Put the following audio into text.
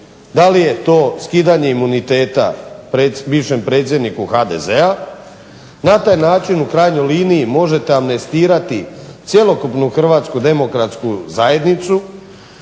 Da li je to skidanje imuniteta bivšem predsjedniku HDZ-a, na taj način u krajnjoj liniji možete amnestirati cjelokupni HDZ. Ja ne želim